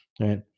Right